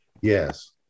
Yes